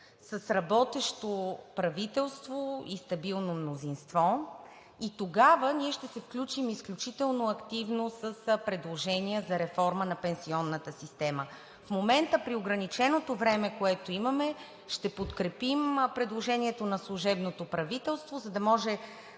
с работещо правителство и стабилно мнозинство. Тогава ние ще се включим изключително активно с предложения за реформа на пенсионната система. В момента при ограниченото време, което имаме, ще подкрепим предложението на служебното правителство, за да може